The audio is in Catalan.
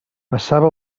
passava